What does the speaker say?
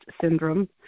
syndrome